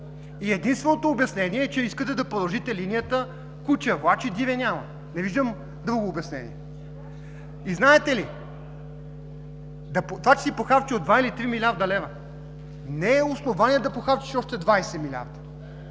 Единственото обяснение е, че искате да продължите линията: „Куче влачи, диря няма!“ Не виждам друго обяснение. Знаете ли, това, че си похарчил 2 или 3 милиарда, не е основание да похарчиш още 20 милиарда